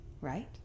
right